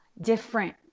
different